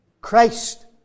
Christ